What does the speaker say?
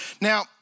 Now